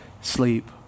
sleep